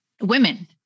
women